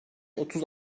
otuz